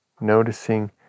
noticing